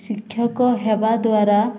ଶିକ୍ଷକ ହେବା ଦ୍ୱାରା